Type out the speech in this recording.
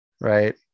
Right